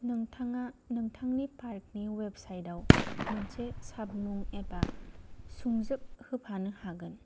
नोंथाङा नोंथांनि पार्कनि वेबसाइटआव मोनसे सावमुं एबा सुंजोब होफानो हागोन